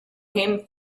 him